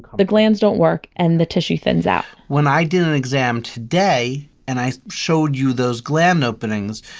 the gland don't work and the tissue thins out when i did an exam today and i showed you those gland openings,